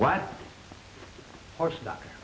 what are stuck